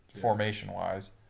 formation-wise